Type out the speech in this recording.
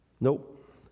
Nope